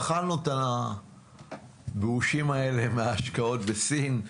אכלנו את הבאושים האלה מההשקעות בסין,